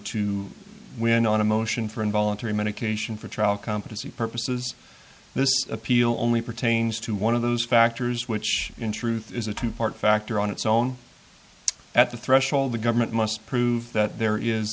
to win on a motion for involuntary medication for trial competency purposes this appeal only pertains to one of those factors which in truth is a two part factor on its own at the threshold the government must prove that there is